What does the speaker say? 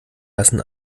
lassen